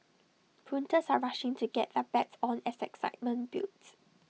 punters are rushing to get their bets on as excitement builds